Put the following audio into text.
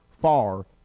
far